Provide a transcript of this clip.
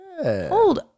Hold